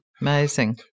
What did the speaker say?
Amazing